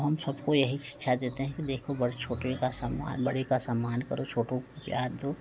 हमसब को यही शिक्षा देते हैं कि देखो बड़े छोटे का सम्मान बड़े का सम्मान करो छोटों को प्यार दो